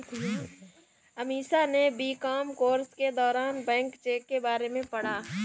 अमीषा ने BCom course के दौरान बैंक चेक के बारे में पढ़ा